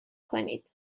کنید